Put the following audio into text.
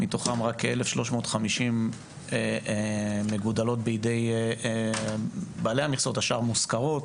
מתוכן רק כ-1,350 מגודלות בידי בעלי המכסות והשאר מושכרות.